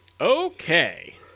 Okay